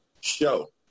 show